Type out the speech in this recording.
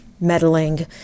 meddling